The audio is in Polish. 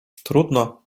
trudno